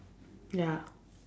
ya